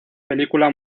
película